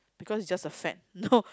because is just the fat no